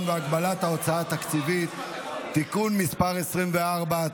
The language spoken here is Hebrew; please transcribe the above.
והגבלת ההוצאה התקציבית (תיקון מס' 25),